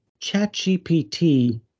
ChatGPT